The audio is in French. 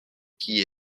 qui